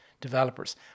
developers